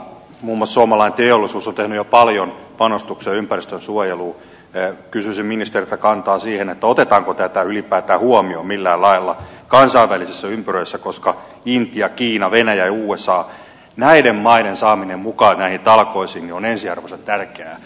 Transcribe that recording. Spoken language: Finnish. mummo samalla teollisuus on jo paljon panostuksia ympäristönsuojeluun käy kysyisin ministeriltä kantaa siihen otetaanko tätä ylipäätään huomioon millään lailla kansainvälisissä ympyröissä koska intia kiina venäjä ja kun saa näiden maiden saaminen mukaan näihin talkoisiin on ensiarvoisen tärkeä